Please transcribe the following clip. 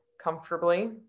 comfortably